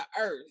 earth